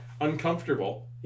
uncomfortable